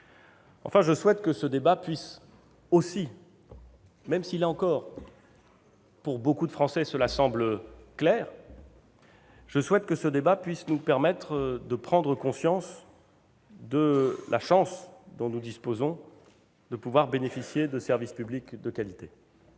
et les Français qui en ont le plus besoin. Même si, là encore, pour beaucoup de Français, cela semble clair, je souhaite que ce débat puisse aussi nous permettre de prendre conscience de la chance dont nous disposons de pouvoir bénéficier de services publics de qualité.